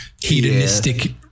hedonistic